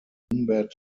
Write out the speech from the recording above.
combat